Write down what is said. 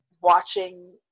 watching